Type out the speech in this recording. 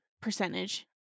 percentage